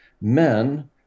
men